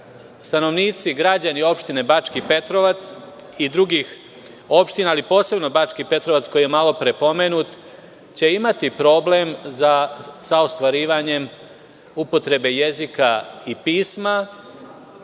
stanovnici, građani opštine Bački Petrovac, i drugih opština, ali posebno Bački Petrovac koji je malopre pomenut, će imati problem sa ostvarivanjem upotrebe jezika i pisma,